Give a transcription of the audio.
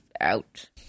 out